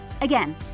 Again